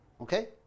Okay